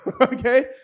Okay